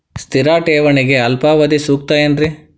ಸ್ಥಿರ ಠೇವಣಿಗೆ ಅಲ್ಪಾವಧಿ ಸೂಕ್ತ ಏನ್ರಿ?